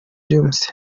james